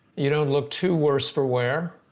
you don't look too worse for wear.